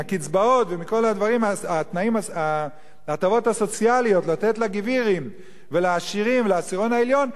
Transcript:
מהקצבאות ומכל ההטבות הסוציאליות לתת לגבירים ולעשירים ולעשירון העליון,